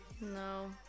no